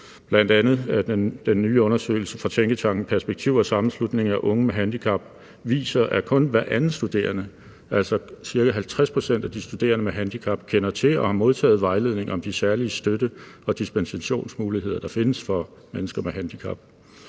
bl.a. den nye undersøgelse fra tænketanken Perspektiv og Sammenslutningen af Unge med Handicap – viser, at kun hver anden studerende, altså ca. 50 pct. af de studerende med handicap, kender til og har modtaget vejledning om de særlige støtte- og dispensationsmuligheder, der findes for mennesker med handicap.